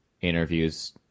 interviews